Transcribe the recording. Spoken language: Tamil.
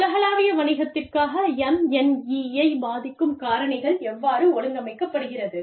உலகளாவிய வணிகத்திற்காக MNE யை பாதிக்கும் காரணிகள் எவ்வாறு ஒழுங்கமைக்கப்படுகிறது